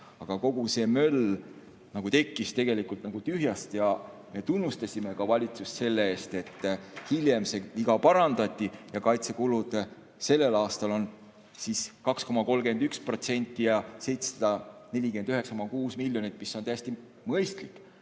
Aga kogu see möll tekkis tegelikult tühjast. Me tunnustasime ka valitsust selle eest, et hiljem see viga parandati ja kaitsekulud sellel aastal on siis 2,31% [SKP-st] ja 749,6 miljonit, mis on täiesti mõistlik.